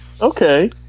Okay